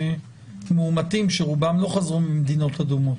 מאומתים שרובם לא חזרו ממדינות אדומות.